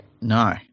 No